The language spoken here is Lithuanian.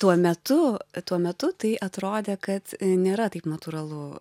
tuo metu tuo metu tai atrodė kad nėra taip natūralu